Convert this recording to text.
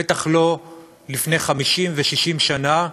בטח לא לפני 50 ו-60 שנה,